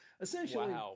Essentially